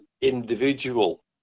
individual